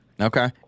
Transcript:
Okay